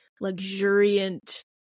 luxuriant